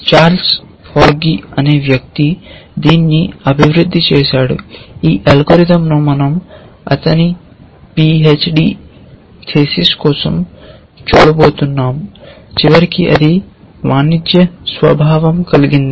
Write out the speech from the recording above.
Charles Forgy అనే వ్యక్తి దీనిని అభివృద్ధి చేశారు ఈ అల్గోరిథం ను మనం అతని పి హెచ్ డి థీసిస్ కోసం చూడబోతున్నాం చివరికి అది వాణిజ్య స్వభావం కలిగింది